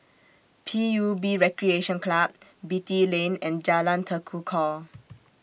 P U B Recreation Club Beatty Lane and Jalan Tekukor